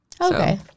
Okay